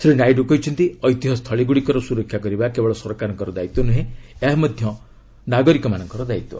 ଶ୍ରୀ ନାଇଡ଼ କହିଛନ୍ତି ଐତିହ୍ୟ ସ୍ଥଳୀଗ୍ରଡ଼ିକର ସୁରକ୍ଷା କରିବା କେବଳ ସରକାରଙ୍କର ଦାୟିତ୍ୱ ନୁହେଁ ଏହା ମଧ୍ୟ ନାଗରିକମାନଙ୍କର ଦାୟିତ୍ୱ